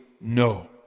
no